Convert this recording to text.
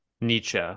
Nietzsche